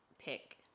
pick